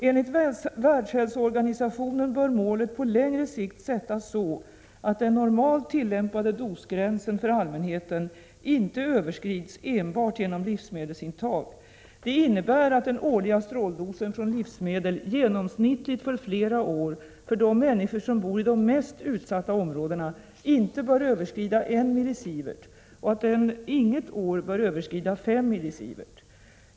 Enligt Världshälsoorganisationen bör målet på längre sikt sättas så att den normalt tillämpade dosgränsen för allmänheten inte överskrids enbart genom livsmedelsintag. Det innebär att den årliga stråldosen från livsmedel genomsnittligt för flera år, för de människor som bori de mest utsatta områdena, inte bör överskrida 1 mSv och att den inget år bör överskrida 5 mSv.